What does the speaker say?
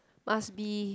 must be